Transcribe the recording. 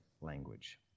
language